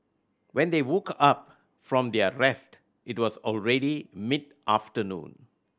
when they woke up from their rest it was already mid afternoon